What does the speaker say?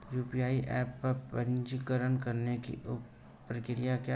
UPI app पर पंजीकरण करने की प्रक्रिया क्या है?